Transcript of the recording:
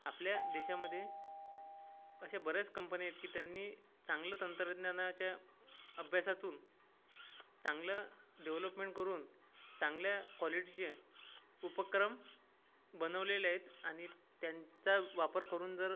आपल्या देशामध्ये अशा बऱ्याच कंपन्या आहेत की त्यांनी चांगलं तंत्रज्ञानाच्या अभ्यासातून चांगलं डेवलपमेंट करून चांगल्या कॉलिटीचे उपक्रम बनवलेले आहेत आणि त्यांचा वापर करून जर